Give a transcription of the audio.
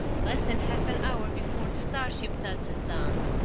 less than half an hour before the starship touches down.